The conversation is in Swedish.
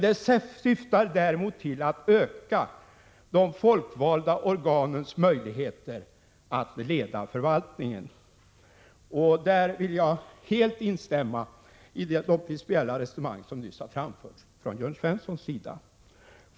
Det syftar däremot till att öka de folkvalda organens möjligheter att leda förvaltningen. Där vill jag helt instämma i de principiella resonemang som nyss har framförts av Jörn Svensson.